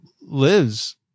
lives